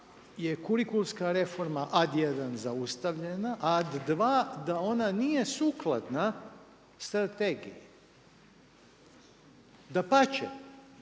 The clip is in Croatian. je kurikulska reforma a) jedan zaustavljena, a) dva da ona nije sukladna strategiji. Dapače,